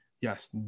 Yes